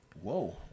whoa